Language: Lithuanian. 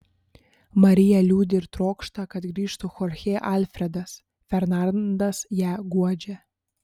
marija liūdi ir trokšta kad grįžtų chorchė alfredas fernandas ją guodžia